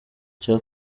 cya